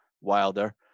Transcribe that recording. wilder